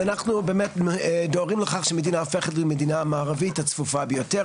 באמת דואגים לכך שהמדינה הופכת למדינה המערבית הצפופה ביותר,